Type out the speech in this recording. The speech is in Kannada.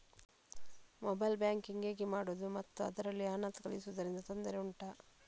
ಮೊಬೈಲ್ ಬ್ಯಾಂಕಿಂಗ್ ಹೇಗೆ ಮಾಡುವುದು ಮತ್ತು ಅದರಲ್ಲಿ ಹಣ ಕಳುಹಿಸೂದರಿಂದ ತೊಂದರೆ ಉಂಟಾ